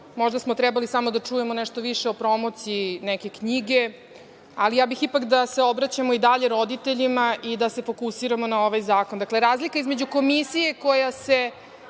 možda smo trebali samo da čujemo nešto više o promociji neke knjige, ali ja bih ipak da se obraćamo i dalje roditeljima i da se fokusiramo na ovaj zakon. Dakle, razlika između komisije koja treba